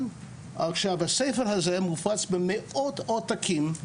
הספר הזה מופץ במאות עותקים,